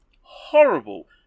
horrible